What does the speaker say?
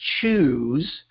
choose